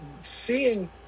Seeing